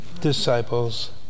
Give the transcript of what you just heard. disciples